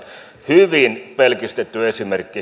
hyvin pelkistetty esimerkki